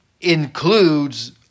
includes